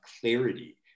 clarity